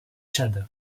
chad